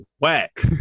whack